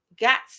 got